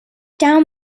down